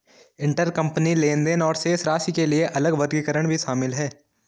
intercompany लेनदेन और शेष राशि के लिए अलग वर्गीकरण भी शामिल हैं